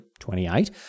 28